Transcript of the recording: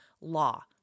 law